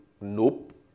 Nope